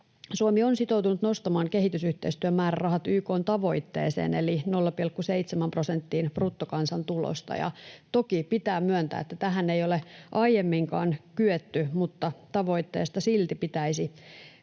Suomi on sitoutunut nostamaan kehitysyhteistyön määrärahat YK:n tavoitteeseen eli 0,7 prosenttiin bruttokansantulosta, ja toki pitää myöntää, että tähän ei ole aiemminkaan kyetty, mutta tavoitteesta silti pitäisi